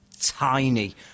tiny